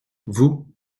vous